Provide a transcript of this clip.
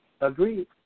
Agreed